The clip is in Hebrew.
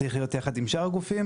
שצריך להיות יחד עם שאר הגופים.